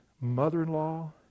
mother-in-law